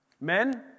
Men